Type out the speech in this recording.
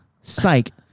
Psych